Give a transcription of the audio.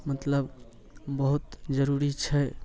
मतलब बहुत जरुरी छै